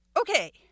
okay